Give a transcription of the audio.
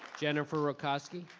jennifer rakowski.